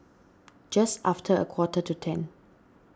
just after a quarter to ten